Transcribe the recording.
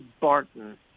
Barton